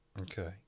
Okay